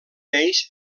neix